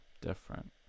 different